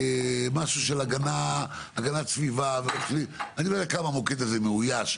משהו של הגנת סביבה - אני לא יודע כמה המוקד הזה מאויש,